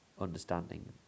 understanding